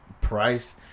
price